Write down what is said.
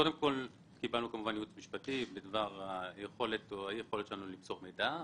קיבלנו ייעוץ משפטי בדבר היכולת או אי היכולת שלנו למסור מידע.